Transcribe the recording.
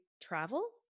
travel